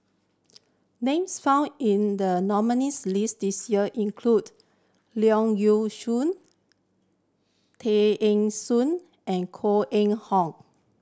names found in the nominees' list this year include Leong Yee Soo Tear Ee Soon and Koh Eng Hoon